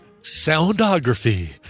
Soundography